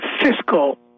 fiscal